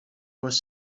was